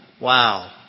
wow